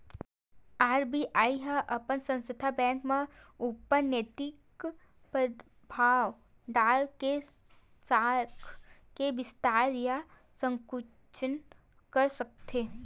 RBI ह अपन सदस्य बेंक मन ऊपर नैतिक परभाव डाल के साख के बिस्तार या संकुचन कर सकथे